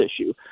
issue